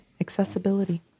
accessibility